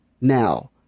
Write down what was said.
now